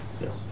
Yes